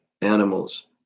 animals